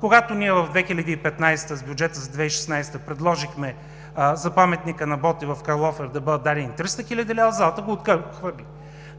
когато ние в 2015 г., с бюджета за 2016 г. предложихме за паметника на Христо Ботев в Калофер да бъдат дадени 300 хил. лв., залата го отхвърли.